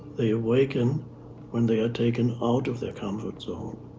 they awaken when they are taken out of their comfort zone.